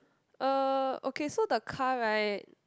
uh okay so the car right